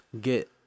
Get